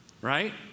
Right